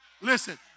Listen